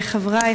חברי,